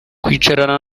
kwicarana